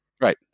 right